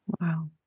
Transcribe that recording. Wow